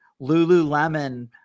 Lululemon